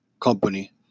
company